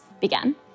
began